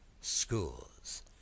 schools